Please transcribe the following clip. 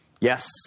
Yes